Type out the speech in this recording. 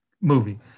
movie